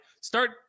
start